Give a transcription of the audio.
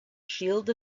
shield